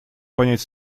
понять